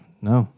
No